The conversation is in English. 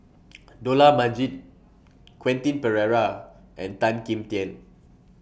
Dollah Majid Quentin Pereira and Tan Kim Tian